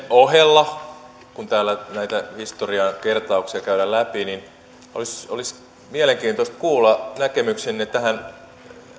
ohella kun täällä näitä historian kertauksia käydään läpi olisi olisi mielenkiintoista kuulla näkemyksenne tähän